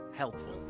helpful